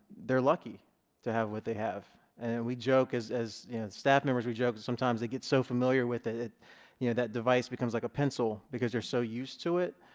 they're lucky to have what they have and and we joke is as staff members we joke sometimes it gets so familiar with it you know that device becomes like a pencil because they're so used to it